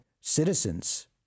citizens